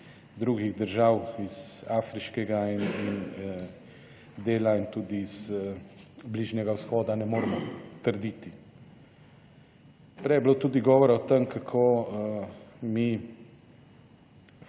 drugih držav, iz afriškega in dela in tudi iz Bližnjega vzhoda ne moremo trditi. Prej je bilo tudi govora o tem, kako mi